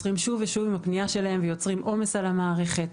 ושוב עם הפנייה שלהם ויוצרים עומס על המערכת.